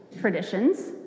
traditions